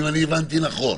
אם אני הבנתי נכון.